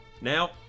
Now